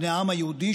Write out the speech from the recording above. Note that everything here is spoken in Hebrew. בני העם היהודי,